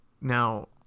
now